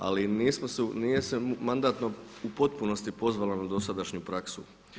Ali nije se Mandatno u potpunosti pozvalo na dosadašnju praksu.